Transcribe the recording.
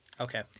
Okay